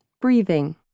Breathing